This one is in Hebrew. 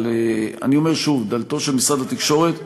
אבל אני אומר שוב, דלתו של משרד התקשורת,